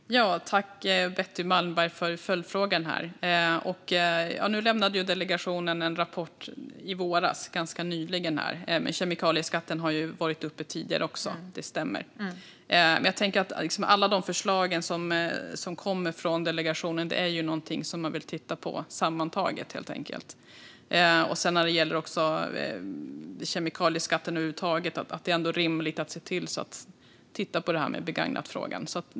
Herr talman! Tack, Betty Malmberg, för följdfrågan! Delegationen lämnade en rapport i våras, ganska nyligen. Kemikalieskatten har ju varit upp tidigare också - det stämmer. Alla de förslag som kommer från delegationen vill man titta på sammantaget, helt enkelt. När det gäller kemikalieskatten över huvud taget är det ändå rimligt att titta på begagnatfrågan.